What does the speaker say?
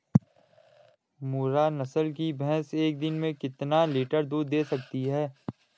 मुर्रा नस्ल की भैंस एक दिन में कितना लीटर दूध दें सकती है?